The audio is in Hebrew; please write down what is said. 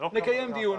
נקיים דיון,